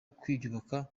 kwiyubaka